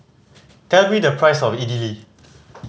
tell me the price of Idili